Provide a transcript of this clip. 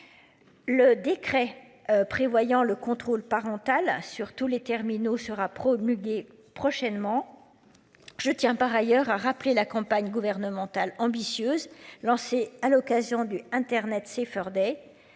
Le décret. Prévoyant le contrôle parental sur tous les terminaux sera promulguée prochainement. Je tiens par ailleurs à rappeler la campagne gouvernementale ambitieuse lancée à l'occasion du Internet Safer.